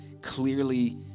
clearly